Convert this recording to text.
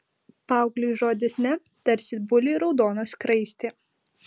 paaugliui žodis ne tarsi buliui raudona skraistė